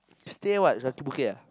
stay what Kaki-Bukit ah